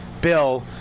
Bill